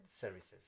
services